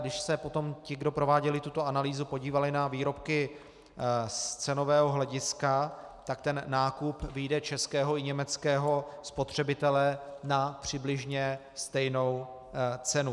Když se potom ti, kdo prováděli tuto analýzu, podívali na výrobky z cenového hlediska, tak ten nákup vyjde českého i německého spotřebitele na přibližně stejnou cenu.